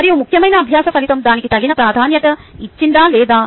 మరియు ముఖ్యమైన అభ్యాస ఫలితం దానికి తగిన ప్రాధాన్యతనిచ్చిందా లేదా